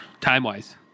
time-wise